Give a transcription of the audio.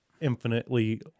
infinitely